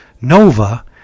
Nova